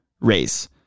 race